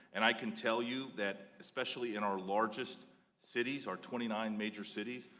and i can tell you that especially in our largest cities, our twenty nine major cities,